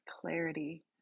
clarity